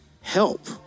help